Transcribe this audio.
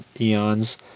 eons